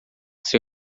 seu